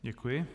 Děkuji.